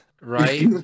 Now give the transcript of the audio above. right